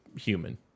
human